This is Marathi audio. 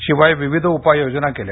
शिवाय विविध उपाय योजना केल्या